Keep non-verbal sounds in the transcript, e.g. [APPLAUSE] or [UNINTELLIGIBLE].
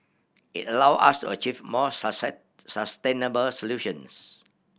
it allow us achieve more [UNINTELLIGIBLE] sustainable solutions